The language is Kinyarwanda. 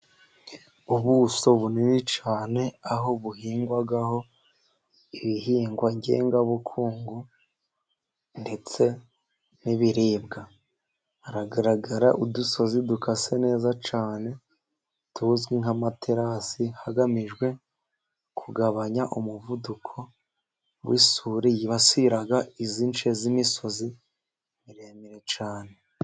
Ubuso bunini cyane aho buhingwaho ibihingwa ngengabukungu ndetse n'ibiribwa, haragaragara udusozi dukase neza cyane tuzwi nk'amaterasi hagamijwe kugabanyaa umuvuduko w'isuri yibasira izi nshe z'imisozi miremire cyane.